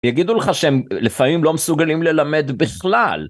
יגידו לך שהם לפעמים לא מסוגלים ללמד בכלל.